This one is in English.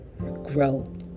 grow